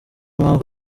mpamvu